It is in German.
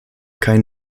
kein